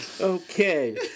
Okay